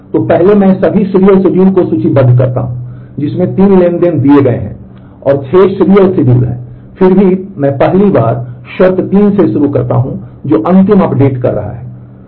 तो पहले मैं सभी सीरियल शेड्यूल को सूचीबद्ध करता हूं जिसमें 3 ट्रांज़ैक्शन दिए गए हैं 6 सीरियल शेड्यूल हैं और फिर मैं पहली बार शर्त तीन से शुरू करता हूं जो अंतिम अपडेट कर रहा है